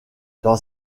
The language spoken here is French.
dans